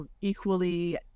equally